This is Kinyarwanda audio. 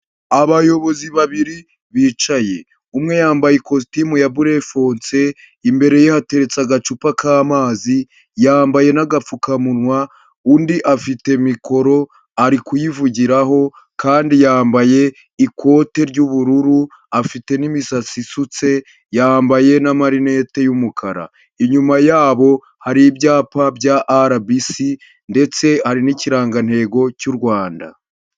Abayobozi babiri bicaye, umwe yambaye ikositimu ya burefonse, imbere ye hateretse agacupa k'amazi, yambaye n'agapfukamunwa undi afite mikoro ari kuyivugiraho kandi yambaye ikote ry'ubururu, afite n'imisatsi isutse, yambaye n'amarinete y'umukara, inyuma yabo hari ibyapa bya RBC ndetse hari n'ikirangantego cy'u Rwanda.